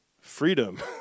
freedom